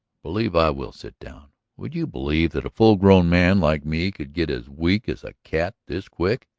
believe i will sit down would you believe that a full-grown man like me could get as weak as a cat this quick?